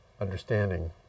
understanding